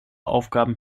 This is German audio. aufgaben